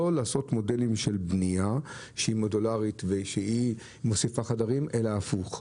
לא לעשות מודלים של בניה שהיא מודולרית ושהיא מוסיפה חדרים אלא הפוך.